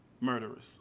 murderers